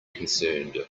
concerned